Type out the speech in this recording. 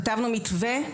כתבנו מתווה,